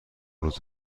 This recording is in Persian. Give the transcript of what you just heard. روز